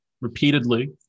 repeatedly